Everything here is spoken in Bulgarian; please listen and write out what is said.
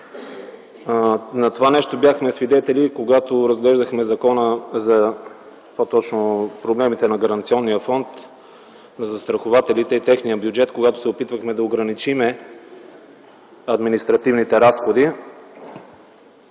На това нещо бяхме свидетели и когато разглеждахме проблемите на Гаранционния фонд на застрахователите и техния бюджет, когато се опитвахме да ограничим административните разходи.